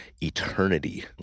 eternity